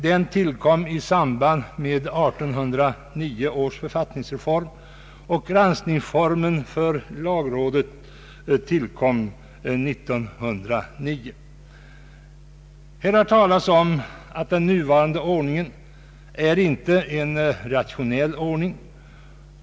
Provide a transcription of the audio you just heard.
Den tillkom i samband med 1809 års författningsreform, och formen för lagrådets granskning fastställdes 1909. Här har talats om att den nuvarande ordningen inte är en rationell ordning.